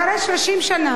אחרי 30 שנה,